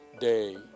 day